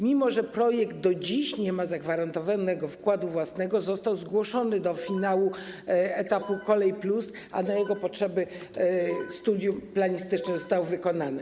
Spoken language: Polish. Mimo że projekt do dziś nie ma zagwarantowanego wkładu własnego, został zgłoszony do finału etapu ˝Kolej+˝, a na jego potrzeby studium planistyczne zostało wykonane.